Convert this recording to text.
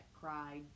cried